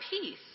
peace